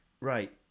Right